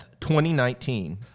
2019